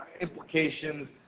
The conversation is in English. implications